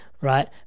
right